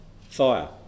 Fire